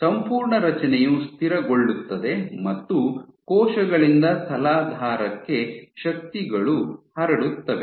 ಸಂಪೂರ್ಣ ರಚನೆಯು ಸ್ಥಿರಗೊಳ್ಳುತ್ತದೆ ಮತ್ತು ಕೋಶಗಳಿಂದ ತಲಾಧಾರಕ್ಕೆ ಶಕ್ತಿಗಳು ಹರಡುತ್ತವೆ